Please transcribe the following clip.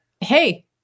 hey